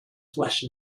flesh